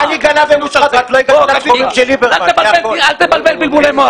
אל תבלבל בלבולי מוח.